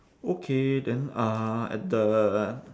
okay then uh at the